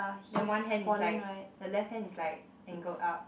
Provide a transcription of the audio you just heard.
then one hand is like the left hand is like can go up